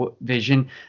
vision